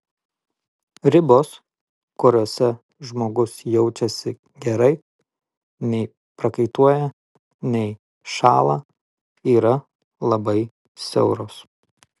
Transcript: ribos kuriose žmogus jaučiasi gerai nei prakaituoja nei šąla yra labai siauros